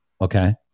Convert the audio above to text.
okay